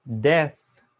Death